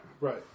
Right